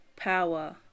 power